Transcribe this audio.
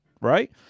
right